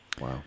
Wow